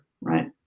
right